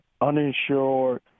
uninsured